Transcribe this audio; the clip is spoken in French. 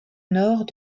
nord